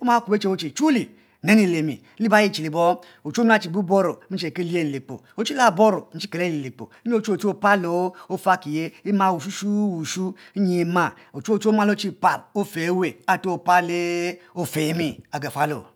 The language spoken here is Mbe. oma kuor bechi abue chi chuli i yurr le mi liba ayi che libong ochuwue ami laba boro nchikel ke lie ayi kpo nyi ochuwue oboro ofakiyi ema wushu shu wushu nyi ma ochuwue tue omalochipal ewe are opalle ofoni agafualo